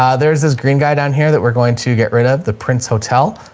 ah there's this green guy down here that we're going to get rid of the prince hotel.